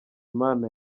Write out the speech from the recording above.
impano